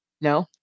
No